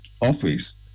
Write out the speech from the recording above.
office